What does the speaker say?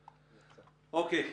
אוקיי.